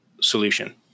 solution